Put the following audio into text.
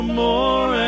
more